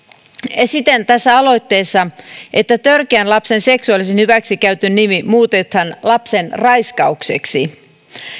esitän tässä aloitteessa että lapsen törkeän seksuaalisen hyväksikäytön nimi muutetaan lapsen raiskaukseksi